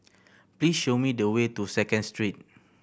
please show me the way to Second Street